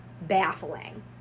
baffling